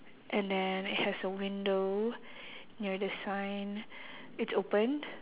and then it has a window near the sign it's opened